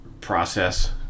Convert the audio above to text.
process